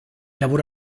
lavoro